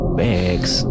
bags